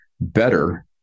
better